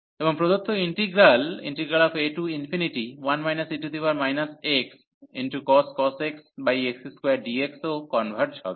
এবং প্রদত্ত integral a1 e xcos x x2dx ও কনভার্জ হবে